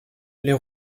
les